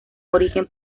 origen